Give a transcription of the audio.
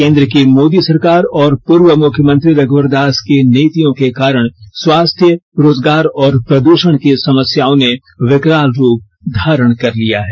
केंद्र की मोदी सरकार और पूर्व मुख्यमंत्री रघुवर दास की नीतियों के कारण स्वास्थ्य रोजगार और प्रद्षण की समस्याओं ने विकराल रूप धारण कर लिया है